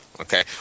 Okay